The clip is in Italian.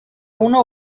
una